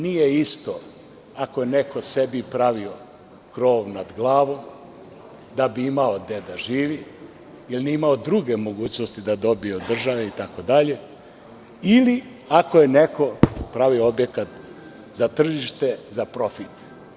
Nije isto ako je neko sebi pravio krov nad glavom da bi imao gde da živi jer nije imao druge mogućnosti da dobije od države ili ako je neko pravio objekat za tržište, za profit.